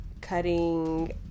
cutting